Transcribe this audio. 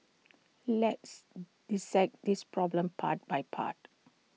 let's dissect this problem part by part